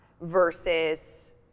versus